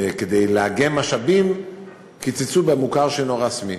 וכדי לאגם משאבים קיצצו במוכר שאינו רשמי.